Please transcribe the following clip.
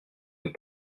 nous